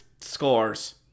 scores